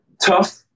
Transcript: tough